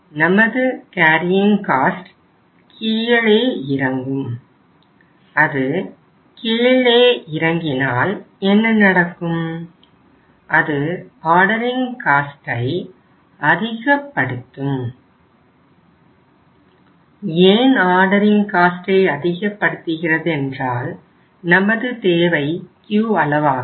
நமது carrying cost அதிகப்படுத்துகிறதென்றால் நமது தேவை Q அளவாகும்